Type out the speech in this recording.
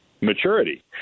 maturity